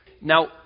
Now